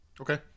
Okay